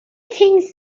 things